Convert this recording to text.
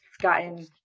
gotten